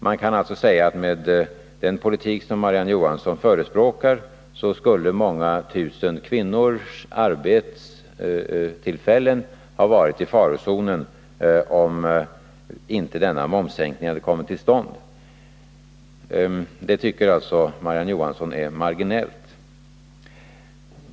Man kan alltså säga att med den politik som Marie-Ann Johansson förespråkar — att momssänkningen inte borde ha kommit till stånd — skulle många tusen kvinnors arbetstillfällen ha varit i farozonen. De tycker alltså Marie-Ann Johansson är marginellt!